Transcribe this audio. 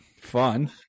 Fun